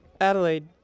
Adelaide